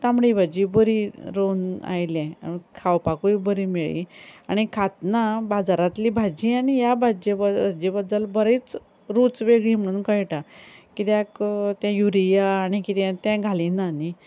तांबडी भाजी बरी रोवन आयलें आनी खावपाकूय बरी मेळ्ळी आनी खातना बाजारांतली भाजी आनी ह्या भाजये हाजे बद्दल बरेच रूच वेगळी म्हुणून कळटा कित्याक तें युरिया आनी कितें तें घालिना न्ही